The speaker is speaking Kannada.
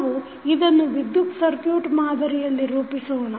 ನಾವು ಇದನ್ನು ವಿದ್ಯುತ್ ಸರ್ಕುಟ್ ಮಾದರಿಯಲ್ಲಿ ರೂಪಿಸೋಣ